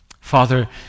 Father